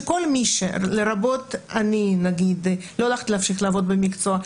שכל מי שלא הולך להמשיך לעבוד במקצוע,